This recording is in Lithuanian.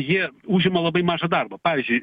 jie užima labai mažą darbą pavyzdžiui